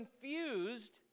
confused